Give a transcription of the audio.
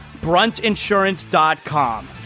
Bruntinsurance.com